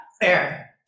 Fair